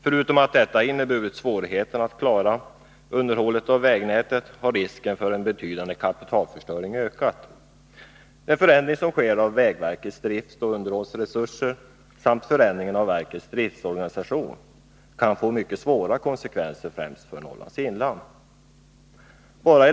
Förutom att detta inneburit svårigheter att klara underhållet av vägnätet, har risken för en betydande kapitalförstöring ökat. Den förändring som sker av vägverkets driftsoch underhållsresurser samt förändringen av verkets driftsorganisation kan få mycket svåra konsekvenser för främst Norrlands inland.